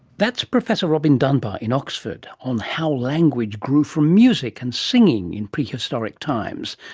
that's professor robin dunbar in oxford on how language grew from music and singing in prehistoric times,